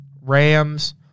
Rams